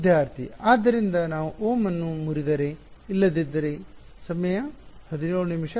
ವಿದ್ಯಾರ್ಥಿ ಆದ್ದರಿಂದ ನಾವು Ω ಅನ್ನು ಮುರಿದರೆ ಇಲ್ಲದಿದ್ದರೆ ಸಮಯ ನೋಡಿ 1701